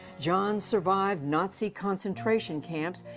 jan survived nazi concentration camps,